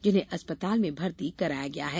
जिन्हें अस्पताल में भर्ती कराया गया है